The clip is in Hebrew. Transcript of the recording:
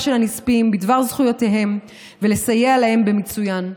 של הנספים בדבר זכויותיהם ולסייע להם במיצוין,